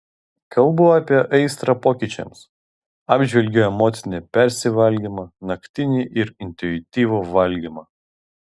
kalbu apie aistrą pokyčiams apžvelgiu emocinį persivalgymą naktinį ir intuityvų valgymą